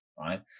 Right